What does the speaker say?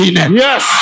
Yes